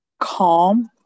calm